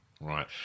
Right